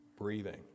breathing